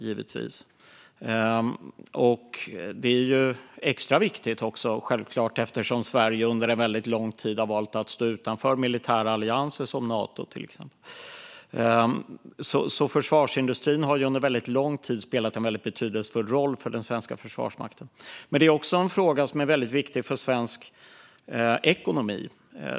Det är självfallet också extra viktigt eftersom Sverige under lång tid har valt att stå utanför militära allianser såsom Nato. Försvarsindustrin har därför under lång tid spelat en betydelsefull roll för den svenska försvarsmakten. Det är också en viktig fråga för svensk ekonomi.